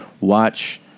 watch